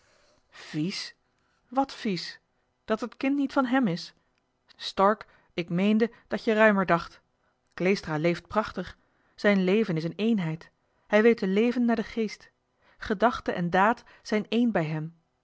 vies wat vies dat het kind niet van hem is stork ik meende dat je ruimer dacht kleestra leeft johan de meester de zonde in het deftige dorp prachtig zijn leven is een eenheid hij weet te leven naar den geest gedachte en daad zijn één bij hem